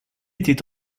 était